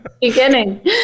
Beginning